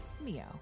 Mio